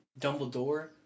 Dumbledore